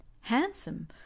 Handsome